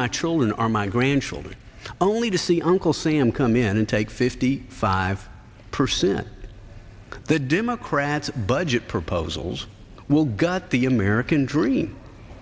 my children are my grandchildren only to see uncle sam come in take fifty five percent the democrats budget proposals will gut the american dream